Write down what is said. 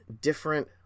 different